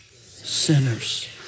sinners